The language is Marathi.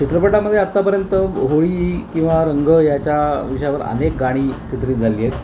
चित्रपटामध्ये आत्तापर्यंत होळी किंवा रंग याच्या विषयावर अनेक गाणी चित्रित झालीयेत